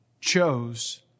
chose